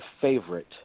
Favorite